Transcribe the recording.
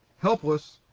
helpless!